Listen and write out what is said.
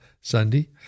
Sunday